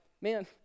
man